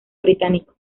británico